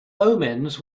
omens